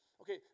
Okay